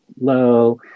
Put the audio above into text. low